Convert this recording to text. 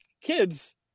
kids